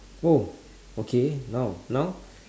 oh okay now now